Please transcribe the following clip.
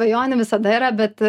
svajonė visada yra bet